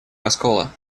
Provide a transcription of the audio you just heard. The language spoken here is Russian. раскола